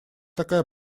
такая